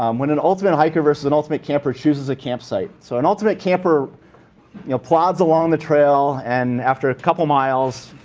um when an ultimate hiker versus an ultimate camper chooses a campsite. so an ultimate camper you know plods along the trail and, after a couple miles,